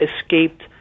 escaped